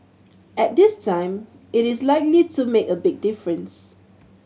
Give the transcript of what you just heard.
and this time it is likely to make a big difference